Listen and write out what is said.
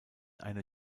eine